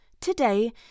today